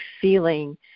feeling